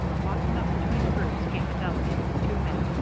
walking up between the groups came the delegate, with two men,